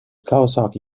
kawasaki